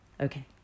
Okay